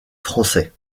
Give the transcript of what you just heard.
français